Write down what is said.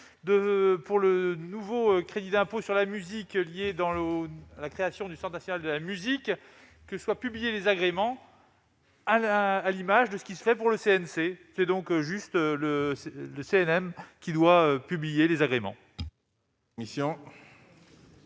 pour le nouveau crédit d'impôt sur la musique liés dans l'eau à la création du Centre national de la musique que soient publiés les agréments à la, à l'image de ce qui se fait pour le CNC c'est donc juste le le CNM, qui doit publier les agréments.